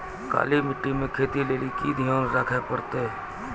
काली मिट्टी मे खेती लेली की ध्यान रखे परतै?